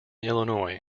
illinois